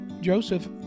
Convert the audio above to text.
Joseph